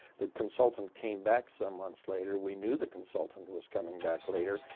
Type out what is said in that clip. the consultant came back some months later. we knew the consultant was coming back later.